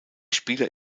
spieler